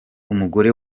umugore